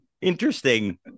Interesting